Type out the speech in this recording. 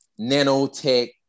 nanotech